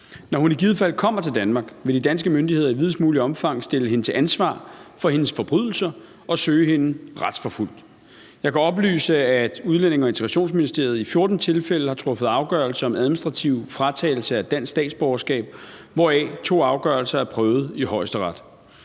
Når hun i givet fald kommer til Danmark, vil de danske myndigheder i videst muligt omfang stille hende til ansvar for hendes forbrydelser og søge hende retsforfulgt. Jeg kan oplyse, at Udlændinge- og Integrationsministeriet i 14 tilfælde har truffet afgørelse om administrativ fratagelse af dansk statsborgerskab, hvoraf to afgørelser er prøvet ved Højesteret.